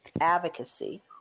advocacy